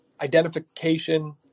identification